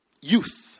youth